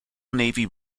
navy